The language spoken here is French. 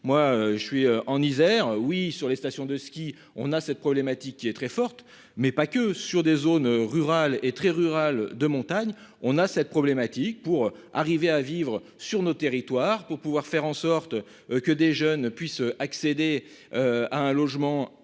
Moi je suis en Isère, oui sur les stations de ski, on a cette problématique qui est très forte mais pas que sur des zones rurales et très rurales de montagne, on a cette problématique pour arriver à vivre sur nos territoires pour pouvoir faire en sorte que des jeunes puissent accéder. À un logement à à des